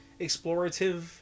explorative